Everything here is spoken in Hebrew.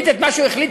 אתה יכול לקבל?